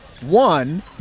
One